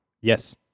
Yes